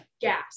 Gas